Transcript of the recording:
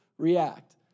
react